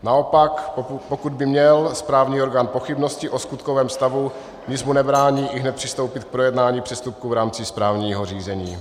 Naopak pokud by měl správní orgán pochybnosti o skutkovém stavu, nic mu nebrání ihned přistoupit k projednání přestupku v rámci správního řízení.